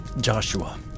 Joshua